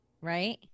right